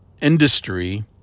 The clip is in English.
industry